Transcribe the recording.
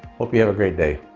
hope you have a great day